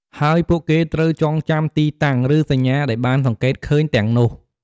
ហើយពួកគេត្រូវចងចាំទីតាំង ឬសញ្ញាដែលបានសង្កេតឃើញទាំងនោះ។